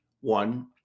One